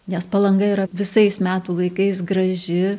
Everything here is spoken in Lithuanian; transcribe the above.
nes palanga yra visais metų laikais graži